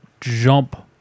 jump